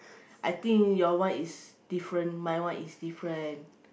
I think your one is different my one is different